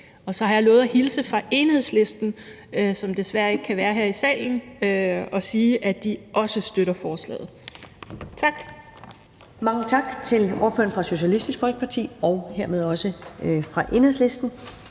Og så har jeg lovet at hilse fra Enhedslisten, som desværre ikke kan være her i salen, og sige, at de også støtter forslaget. Tak. Kl. 10:48 Første næstformand (Karen Ellemann): Mange tak til ordføreren for Socialistisk Folkeparti og hermed også til Enhedslisten.